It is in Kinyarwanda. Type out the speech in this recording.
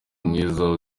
mwiza